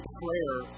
prayer